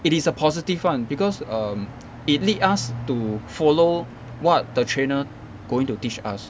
it is a positive [one] because um it lead us to follow what the trainer going to teach us